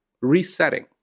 resetting